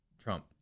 Trump